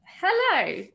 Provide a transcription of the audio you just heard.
Hello